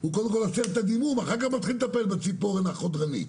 הוא קודם כול לעצור את הדימום ואחר כך לטפל בציפורן חודרנית.